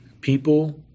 People